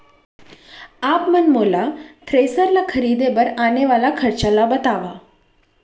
आप मन मोला थ्रेसर ल खरीदे बर आने वाला खरचा ल बतावव?